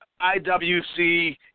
IWC